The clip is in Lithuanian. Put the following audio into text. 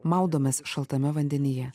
maudomės šaltame vandenyje